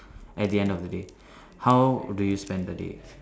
at the end of the day how do you spend the day